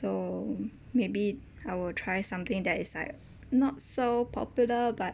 so maybe I will try something that is like not so popular but